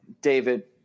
David